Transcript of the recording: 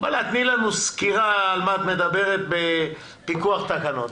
תני לנו סקירה על מה את מדברת בפיקוח תקנות.